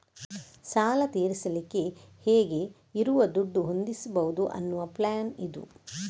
ಸಾಲ ತೀರಿಸಲಿಕ್ಕೆ ಹೇಗೆ ಇರುವ ದುಡ್ಡು ಹೊಂದಿಸ್ಬಹುದು ಅನ್ನುವ ಪ್ಲಾನ್ ಇದು